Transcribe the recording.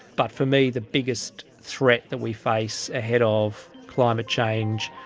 but for me the biggest threat that we face ahead of climate change,